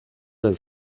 del